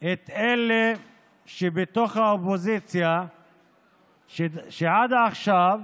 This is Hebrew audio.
את אלה שבתוך האופוזיציה שעד עכשיו